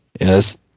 Yes